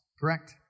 correct